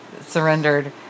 surrendered